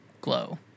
glow